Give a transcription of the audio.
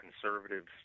conservatives